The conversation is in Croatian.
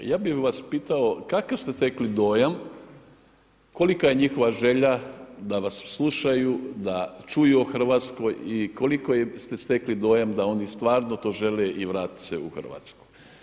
Ja bih vas pitao kakav ste stekli dojam kolika je njihova želja da vas slušaju, da čuju o Hrvatskoj i koliko ste stekli dojam da oni stvarno to žele i vratiti se u RH.